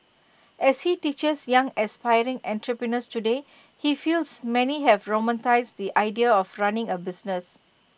as he teaches young aspiring entrepreneurs today he feels many have romanticised the idea of running A business